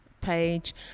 page